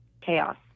chaos